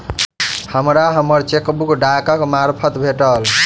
हमरा हम्मर चेकबुक डाकक मार्फत भेटल